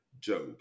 Job